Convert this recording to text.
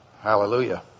Hallelujah